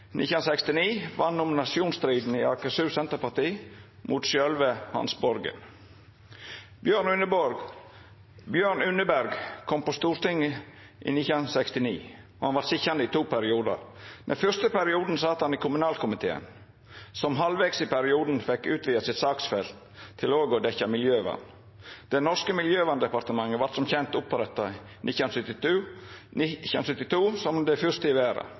1969 vann nominasjonsstriden i Akershus Senterparti mot sjølve Hans Borgen. Bjørn Unneberg kom på Stortinget i 1969, og han vart sitjande i to periodar. Den fyrste perioden sat han i kommunalkomiteen, som halvvegs i perioden fekk utvida sitt saksfelt til òg å dekkja miljøvern. Det norske Miljøverndepartementet vart som kjent oppretta i 1972 som det fyrste i